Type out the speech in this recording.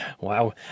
wow